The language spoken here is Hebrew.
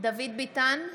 דוד ביטן,